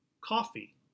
coffee